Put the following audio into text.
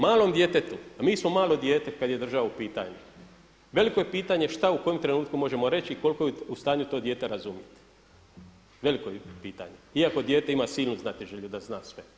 Malom djetetu, a mi smo malo dijete kada je država u pitanju, veliko je pitanje šta u kojem trenutku možemo reći i koliko je u stanju to dijete razumjeti, veliko je pitanje iako dijete ima silnu znatiželju da zna sve.